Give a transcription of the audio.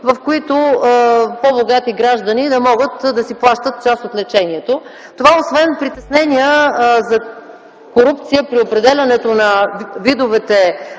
в които по-богати граждани да могат да си плащат част от лечението. Това, освен притеснение за корупция при определянето на видовете